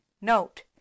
Note